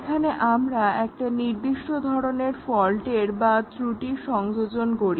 যেখানে আমরা একটা নির্দিষ্ট ধরনের ফল্টের বা ত্রুটির সংযোজন করি